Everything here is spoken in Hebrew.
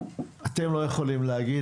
יש דברים שאתם לא יכולים להגיד,